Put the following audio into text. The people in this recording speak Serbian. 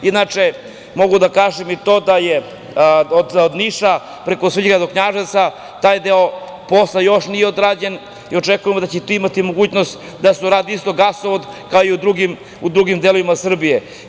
Mogu da kažem i to da od Niša, preko Svrljiga, do Knjaževca taj deo posla još nije odrađen i očekujemo da će imati mogućnosti da se uradi gasovod, kao i u drugim delovima Srbije.